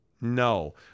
No